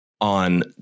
on